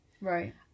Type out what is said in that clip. right